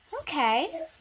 Okay